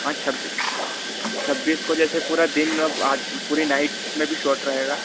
हाँ छब्बीस छब्बीस को जैसे पूरा दिन और आ पूरी नाईट में भी शॉट रहेगा